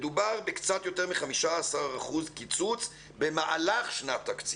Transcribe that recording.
מדובר בקצת יותר מ-15% קיצוץ במהלך שנת תקציב.